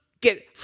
get